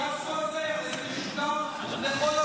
מה אתם לא רוצים שהם יראו, את הפיאסקו הזה?